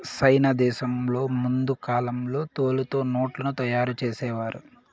సైనా దేశంలో ముందు కాలంలో తోలుతో నోట్లను తయారు చేసేవారు